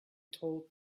told